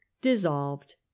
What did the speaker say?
dissolved